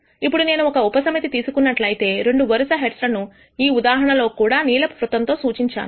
ఇప్పుడు నేను ఒక ఉప సమితిని తీసుకున్నట్లయితే రెండు వరుస హెడ్స్ లను ఈ ఉదాహరణ లో కూడా నీలపు వృత్తం తో సూచించాను